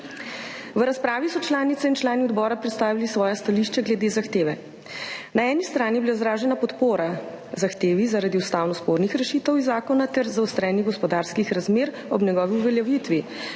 V razpravi so članice in člani odbora predstavili svoje stališče glede zahteve. Na eni strani je bila izražena podpora zahtevi zaradi ustavno spornih rešitev iz zakona ter zaostrenih gospodarskih razmer ob njegovi uveljavitvi.